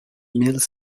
milles